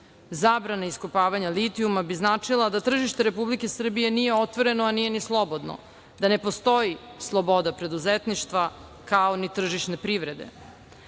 svojine. Zabrana iskopavanja litijuma bi značila da tržište Republike Srbije nije otvoreno, a nije ni slobodno, da ne postoji sloboda preduzetništva, kao ni tržišne privrede. Navedenom